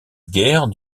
guerre